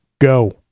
go